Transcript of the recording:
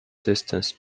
distance